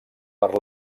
per